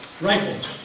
rifles